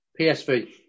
psv